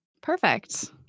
Perfect